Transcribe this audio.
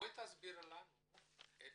תסבירי לנו את